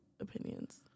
opinions